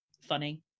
funny